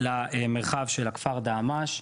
למרחב של הכפר דהמש,